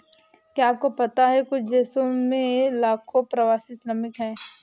क्या आपको पता है कुछ देशों में लाखों प्रवासी श्रमिक हैं?